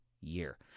year